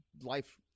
life